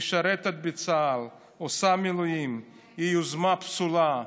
משרתת בצה"ל, עושה מילואים, היא יוזמה פסולה.